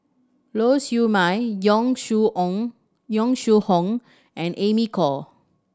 Lau Siew Mei Yong Shu Ong Yong Shu Hoong and Amy Khor